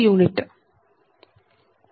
u G211